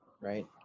right